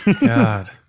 God